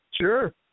Sure